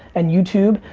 and youtube,